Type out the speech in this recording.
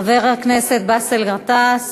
חבר הכנסת באסל גטאס,